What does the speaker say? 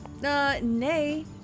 Nay